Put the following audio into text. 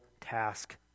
task